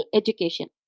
education